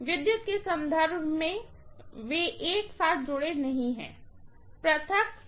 विद्युत के संदर्भ में वे एक साथ जुड़े हुए नहीं हैं